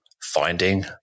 Finding